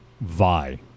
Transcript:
vi